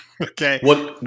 Okay